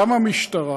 גם המשטרה